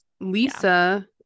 Lisa